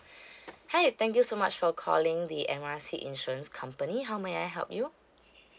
hi thank you so much for calling the M R C insurance company how may I help you